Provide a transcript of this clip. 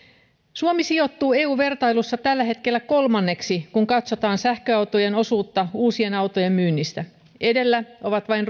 suomi sijoittuu eu vertailussa tällä hetkellä kolmanneksi kun katsotaan sähköautojen osuutta uusien autojen myynnistä edellä ovat vain